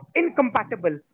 incompatible